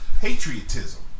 patriotism